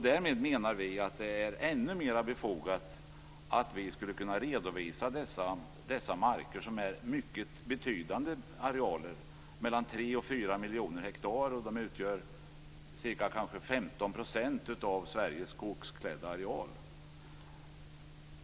Därmed menar vi att det är ännu mer befogat att redovisa dessa marker som utgör mycket betydande arealer - 3-4 miljoner hektar, ca 15 % av Sveriges skogsklädda areal.